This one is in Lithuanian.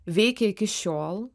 veikia iki šiol